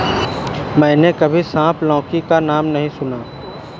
मैंने कभी सांप लौकी का नाम नहीं सुना है